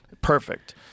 perfect